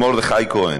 עם מרדכי כהן,